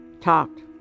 talked